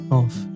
off